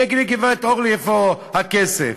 אני אגיד לגברת אורלי איפה הכסף: